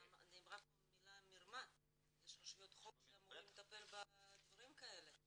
נאמרה פה המילה "מירמה" יש רשויות חוק שאמורות לטפל בדברים כאלה.